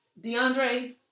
DeAndre